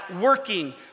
working